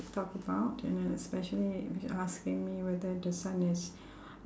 to talk about and then especially asking me whether the son is